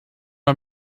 are